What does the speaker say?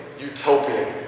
Utopian